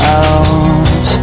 out